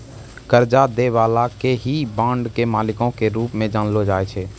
कर्जा दै बाला के ही बांड के मालिको के रूप मे जानलो जाय छै